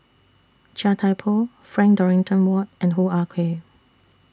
Chia Thye Poh Frank Dorrington Ward and Hoo Ah Kay